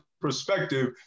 perspective